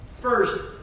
First